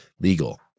legal